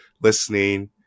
listening